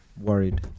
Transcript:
worried